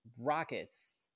Rockets